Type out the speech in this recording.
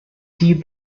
heed